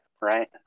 Right